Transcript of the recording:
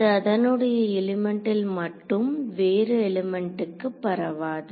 அது அதனுடைய எலிமெண்டில் மட்டும் வேறு எலிமெண்ட்டுக்கு பரவாது